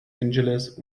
angeles